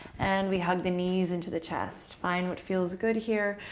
and we hug the knees into the chest. find what feels good here,